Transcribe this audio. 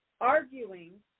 arguing